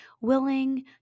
willing